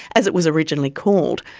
as it was originally called.